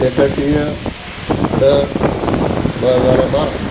एकटीह ॾह ॿ हज़ार बारहां